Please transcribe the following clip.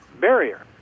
barrier